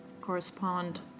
correspond